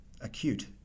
acute